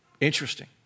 Interesting